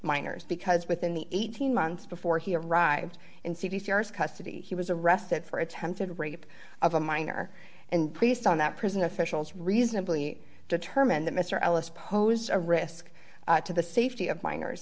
minors because within the eighteen months before he arrived in see v c r s custody he was arrested for attempted rape of a minor and priest on that prison officials reasonably determined that mr ellis poses a risk to the safety of minors